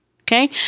Okay